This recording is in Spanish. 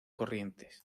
corrientes